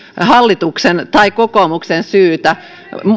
hallituksen tai kokoomuksen syytä